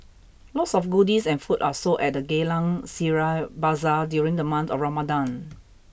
lots of goodies and food are sold at the Geylang Serai Bazaar during the month of Ramadan